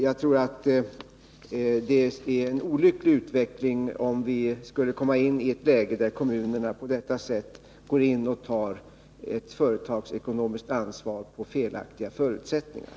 Jag tror det vore en olycklig utveckling, om vi skulle komma in i ett läge, där kommuner på detta sätt går in och tar ett företagsekonomiskt ansvar under felaktiga förutsättningar.